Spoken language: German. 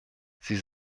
sie